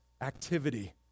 activity